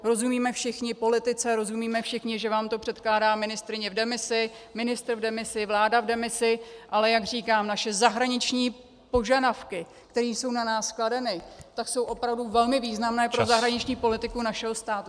Rozumíme všichni politice, rozumíme všichni, že vám to předkládá ministryně v demisi, ministr v demisi, vláda v demisi, ale jak říkám, naše zahraniční požadavky, které jsou na nás kladeny, jsou opravdu velmi významné pro zahraniční politiku našeho státu.